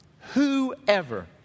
Whoever